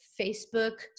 Facebook